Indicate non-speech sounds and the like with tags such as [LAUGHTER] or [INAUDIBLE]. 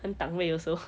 很档位 also [LAUGHS]